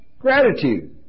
Gratitude